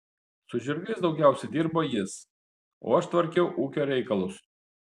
su žirgais daugiausiai dirbo jis o aš tvarkiau ūkio reikalus